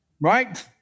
Right